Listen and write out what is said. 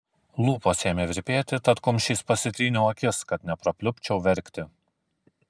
lūpos ėmė virpėti tad kumščiais pasitryniau akis kad neprapliupčiau verkti